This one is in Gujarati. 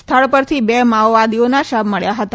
સ્થળ ઉપરથી બે માઓવાદીઓ શબ મળ્યા હતા